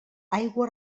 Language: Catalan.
aigua